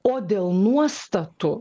o dėl nuostatų